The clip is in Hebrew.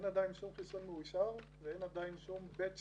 שום חיסון מאושר, ואין עדיין שום Batch